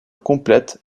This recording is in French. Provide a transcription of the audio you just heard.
complète